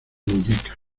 muñecas